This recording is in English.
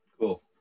cool